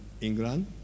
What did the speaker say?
England